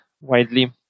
widely